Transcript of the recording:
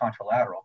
contralateral